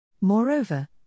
Moreover